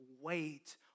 wait